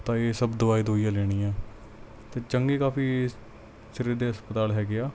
ਤਾਂ ਇਹ ਸਭ ਦਵਾਈ ਦਵੁਈਆਂ ਲੈਣੀ ਹੈ ਅਤੇ ਚੰਗੇ ਕਾਫੀ ਇਹ ਸਿਰੇ ਦੇ ਹਸਪਤਾਲ ਹੈਗੇ ਆ